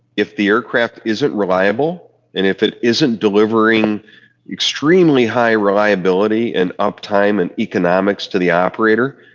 if the aircraft isn't reliable and if it isn't delivering extremely high reliability and up-time and economics to the operator,